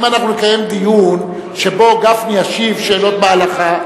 אם אנחנו נקבל דיון שבו גפני ישיב על שאלות בהלכה,